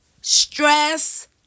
stress